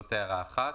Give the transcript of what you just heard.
זאת הערה אחת.